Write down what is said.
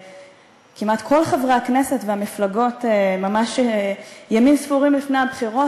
כמעט את כל חברי הכנסת והמפלגות ממש ימים ספורים לפני הבחירות,